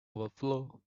overflow